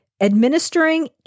administering